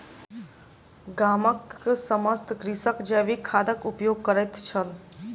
गामक समस्त कृषक जैविक खादक उपयोग करैत छल